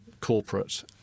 corporate